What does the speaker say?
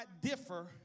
differ